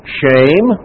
shame